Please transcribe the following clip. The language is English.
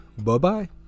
Bye-bye